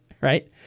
right